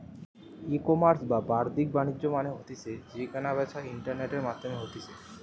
ecommerce বা বাদ্দিক বাণিজ্য মানে হতিছে যেই কেনা বেচা ইন্টারনেটের মাধ্যমে হতিছে